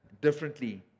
differently